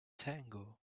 tango